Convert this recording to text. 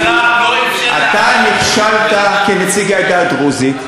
אתה נכשלת כנציג העדה הדרוזית.